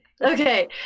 Okay